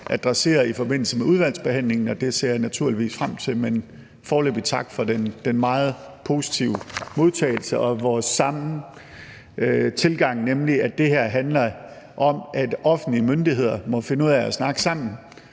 adressere i forbindelse med udvalgsbehandlingen. Det ser jeg naturligvis frem til. Men foreløbig tak for den meget positive modtagelse og for vores ens tilgang, nemlig at det her handler om, at offentlige myndigheder må finde ud af at snakke sammen.